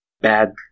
bad